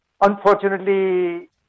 Unfortunately